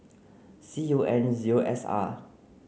C U N zero S R